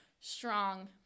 strong